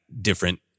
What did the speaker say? different